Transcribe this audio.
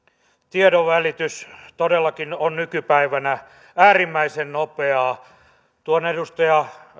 tiedonvälitys todellakin on nykypäivänä äärimmäisen nopeaa edustaja